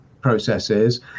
processes